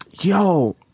Yo